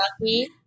lucky